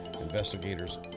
Investigators